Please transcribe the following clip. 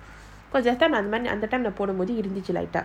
cause that time நான்போடும்போதுஇருந்துச்சு:nan podumpothu irunthuchu